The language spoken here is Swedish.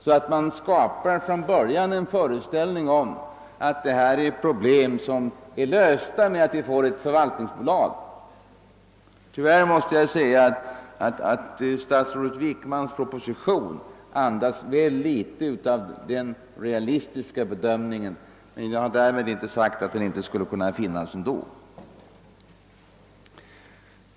Man kan annars från början skapa en föreställning om att alla problem är lösta i och med att vi får ett förvaltningsbolag. Statsrådet Wickmans proposition andas väl litet av denna realistiska bedömning — jag har därmed inte sagt att en sådan inte ändå kulle kunna finnas.